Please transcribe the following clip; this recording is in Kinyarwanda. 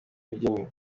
ubugeni